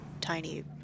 Tiny